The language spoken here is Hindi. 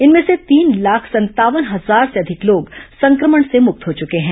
इनमें से तीन लाख संतावन हजार से अधिक लोग संक्रमण से मुक्त हो चुके हैं